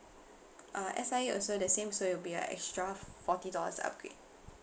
uh S_I_A also the same so it will be uh extra forty dollars upgrade